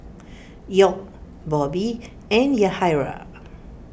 York Bobby and Yahaira